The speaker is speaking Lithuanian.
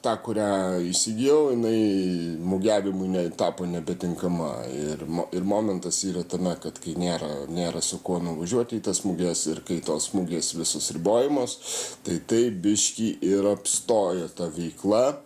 tą kurią įsigijau jinai mugiavimui ne tapo nebetinkama ir ir momentas yra tame kad kai nėra nėra su kuo nuvažiuoti į tas muges ir kai tos mugės visos ribojimos tai taip biškį ir apstojo ta veikla